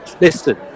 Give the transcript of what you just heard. Listen